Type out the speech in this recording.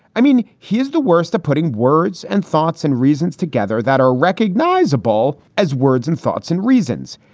i mean, he is the worst at putting words and thoughts and reasons together that are recognizable as words and thoughts and reasons.